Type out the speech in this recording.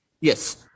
Yes